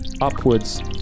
upwards